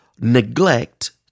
neglect